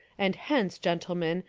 and hence, gen tlemen,